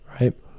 right